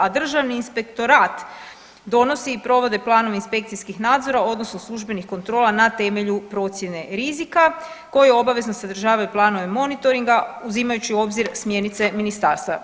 A Državni inspektorat donosi i provode planove inspekcijskih nadzora odnosno službenih kontrola na temelju procjene rizika koji obavezno sadržavaju planove monitoringa uzimajući u obzir smjernice ministarstva.